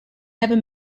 never